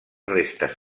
restes